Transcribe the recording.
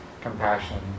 compassion